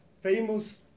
famous